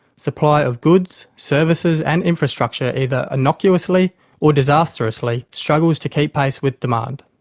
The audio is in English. supply of goods, services and infrastructure, either innocuously or disastrously, struggles to keep pace with demand.